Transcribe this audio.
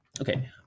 Okay